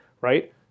right